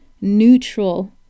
neutral